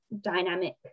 dynamic